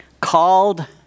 Called